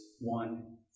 one